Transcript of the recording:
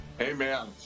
Amen